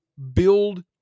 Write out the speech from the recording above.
Build